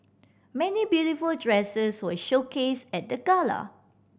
many beautiful dresses were showcased at the gala